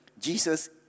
Jesus